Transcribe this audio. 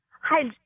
hi